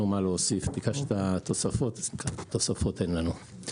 ביקשת תוספות, אבל אין לנו מה להוסיף.